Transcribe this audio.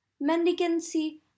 mendicancy